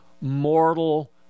mortal